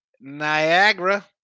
Niagara